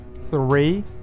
Three